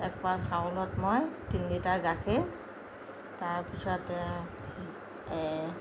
এপোৱা চাউলত মই তিনি লিটাৰ গাখীৰ তাৰ পিছতে